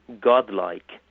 godlike